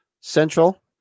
central